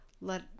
let